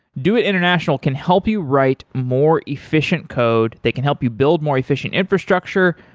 doit international can help you write more efficient code. they can help you build more efficient infrastructure.